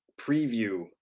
preview